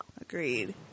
Agreed